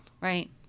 Right